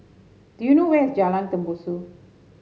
do you know where is Jalan Tembusu